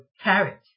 carrot